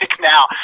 now